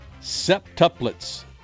Septuplets